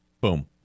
Boom